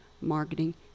marketing